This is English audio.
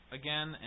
again